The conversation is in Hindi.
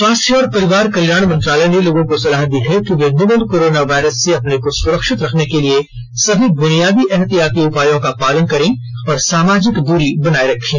स्वास्थ्य और परिवार कल्याण मंत्रालय ने लोगों को सलाह दी है कि वे नोवल कोरोना वायरस से अपने को सुरक्षित रखने के लिए सभी बुनियादी एहतियाती उपायों का पालन करें और सामाजिक दुरी बनाए रखें